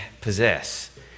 possess